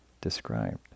described